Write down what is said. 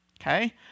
Okay